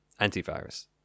antivirus